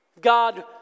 God